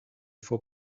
for